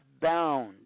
bound